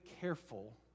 careful